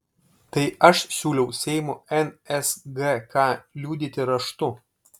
tai aš siūliau seimo nsgk liudyti raštu